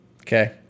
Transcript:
Okay